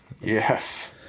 Yes